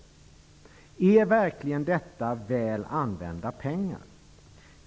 Är verkligen detta väl använda pengar?